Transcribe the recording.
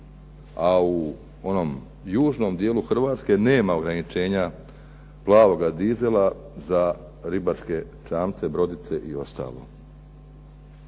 a u onom južnom dijelu Hrvatske nema ograničenja plavoga dizela za čamce, brodice i ostalo.